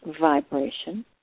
vibration